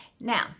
now